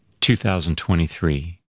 2023